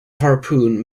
harpoon